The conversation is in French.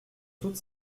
toutes